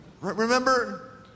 Remember